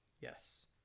yes